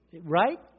Right